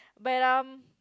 but um